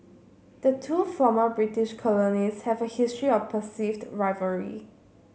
the two former British colonies have a history of perceived rivalry